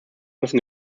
müssen